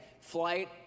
Flight